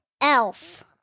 Elf